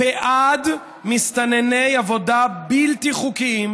בעד מסתנני עבודה בלתי חוקיים,